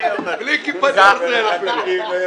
בלי כיפת ברזל אפילו.